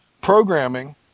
programming